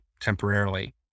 temporarily